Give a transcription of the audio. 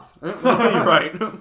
Right